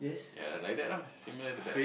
ya like that ah similar to that